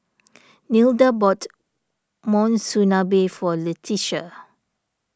Nilda bought Monsunabe for Letitia